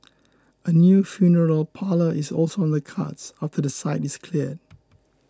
a new funeral parlour is also on the cards after the site is cleared